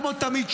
כמו תמיד,